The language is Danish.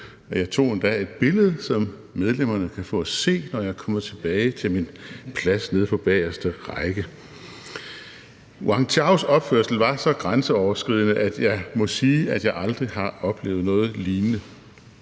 jeg tog endda et billede, som medlemmerne kan få at se, når jeg kommer tilbage til min plads nede på bageste række. Wang Chaos opførsel var så grænseoverskridende, at jeg må sige, at jeg aldrig har oplevet noget lignende.